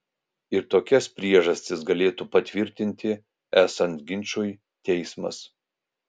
ir tokias priežastis galėtų patvirtinti esant ginčui teismas